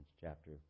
chapter